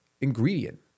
ingredient